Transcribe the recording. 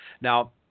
now